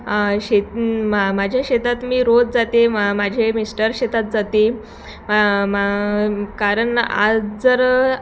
शेत मा माझ्या शेतात मी रोज जाते मा माझे मिस्टर शेतात जाते मा कारण आज जर